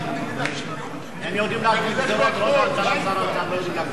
הם יודעים להטיל גזירות, ראש הממשלה ושר האוצר.